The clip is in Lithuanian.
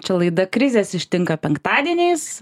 čia laida krizės ištinka penktadieniais